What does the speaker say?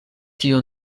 tio